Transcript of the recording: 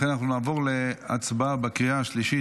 לכן אנחנו נעבור להצבעה בקריאה השלישית,